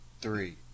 three